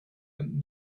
and